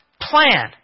plan